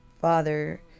father